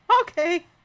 Okay